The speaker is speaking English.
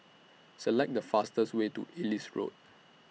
Select The fastest Way to Ellis Road